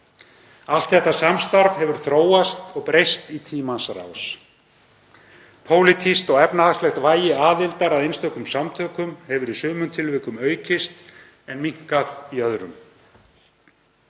Allt þetta samstarf hefur þróast og breyst í tímans rás. Pólitískt og efnahagslegt vægi aðildar að einstökum samtökum hefur í sumum tilvikum aukist en minnkað í öðrum.